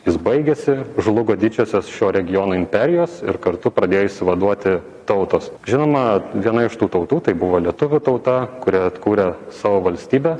jis baigėsi žlugo didžiosios šio regiono imperijos ir kartu pradėjo išsivaduoti tautos žinoma viena iš tų tautų tai buvo lietuvių tauta kuri atkūrė savo valstybę